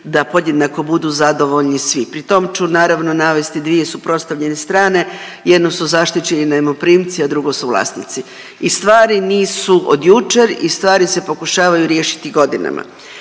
da podjednako budu zadovoljni svi, pri tom ću naravno navesti svije suprotstavljene strane, jedno su zaštićeni najmoprimci, a drugo su vlasnici. I stvari nisu od jučer i stvari se pokušavaju riješiti godinama.